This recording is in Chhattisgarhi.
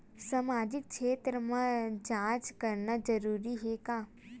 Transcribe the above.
सामाजिक क्षेत्र म जांच करना जरूरी हे का?